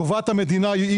קובעת המדינה.